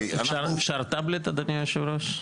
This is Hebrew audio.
אפשר טאבלט, אדוני היושב-ראש?